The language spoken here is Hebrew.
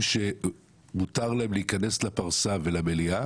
היחידים שמותר להם להיכנס לפרסה ולמליאה